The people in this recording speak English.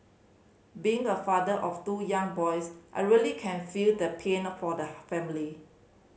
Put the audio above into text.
being a father of two young boys I really can feel the pain for the family